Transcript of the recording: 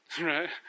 right